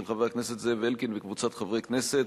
של חבר הכנסת זאב אלקין וקבוצת חברי הכנסת,